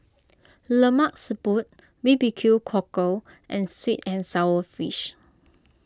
Lemak Siput B B Q Cockle and Sweet and Sour Fish